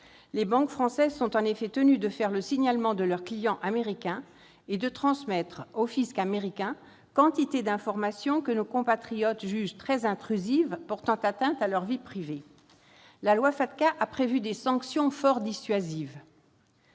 Les banques françaises sont en effet tenues de faire le signalement de leurs clients américains et de transmettre au fisc américain quantité d'informations. Nos compatriotes jugent cette démarche très intrusive et considèrent qu'elle porte atteinte à leur vie privée. La loi FATCA a prévu des sanctions fort dissuasives.